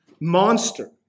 monster